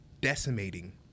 decimating